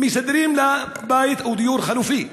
מסדרים לה בית או דיור חלופי.